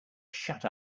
shut